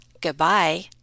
Goodbye